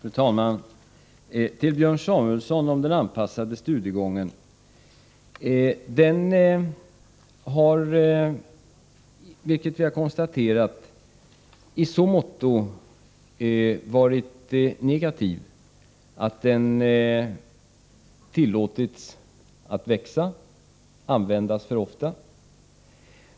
Fru talman! Jag vill till Björn Samuelson om den anpassade studiegången säga att vi har konstaterat att den i så måtto varit negativ att man tillåtit en alltför stor användning av den.